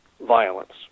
violence